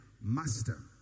master